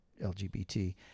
LGBT